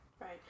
right